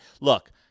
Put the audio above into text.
look